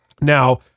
now